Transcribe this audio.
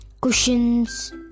Cushions